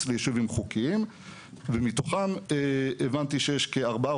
ליישובים חוקיים ומתוכם הבנתי שיש כארבעה,